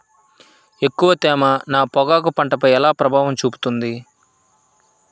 ఎక్కువ తేమ నా పొగాకు పంటపై ఎలా ప్రభావం చూపుతుంది?